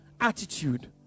attitude